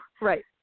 Right